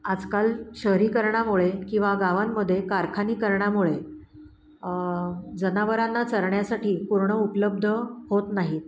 आजकाल शहरीकरणामुळे किंवा गावांमध्ये कारखानीकरणामुळे जनावरांना चरण्यासाठी कुरणं उपलब्ध होत नाहीत